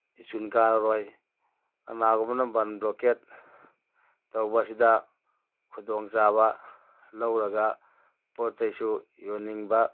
school ꯀꯥꯔꯔꯣꯏ ꯀꯥꯅꯒꯨꯝꯕꯅ ꯕꯟ ꯕ꯭ꯂꯣꯀꯦꯠ ꯇꯧꯕ ꯑꯁꯤꯗ ꯈꯨꯗꯣꯡ ꯆꯥꯕ ꯂꯧꯔꯒ ꯄꯣꯠ ꯆꯩꯁꯨ ꯌꯣꯟꯅꯤꯡꯕ